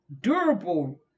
durable